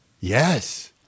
Yes